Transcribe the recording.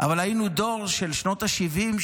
אבל היינו דור של שנות השבעים,